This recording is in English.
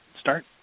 start